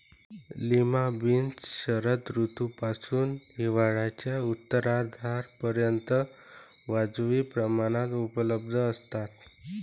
lima beans शरद ऋतूपासून हिवाळ्याच्या उत्तरार्धापर्यंत वाजवी प्रमाणात उपलब्ध असतात